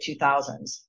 2000s